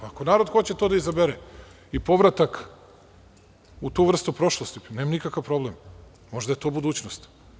Ako narod hoće to da izabere i povratak u tu vrstu prošlosti, nemam nikakav problem, možda je to budućnost.